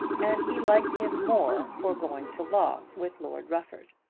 and he liked him more for going to law with lord rufford.